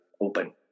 open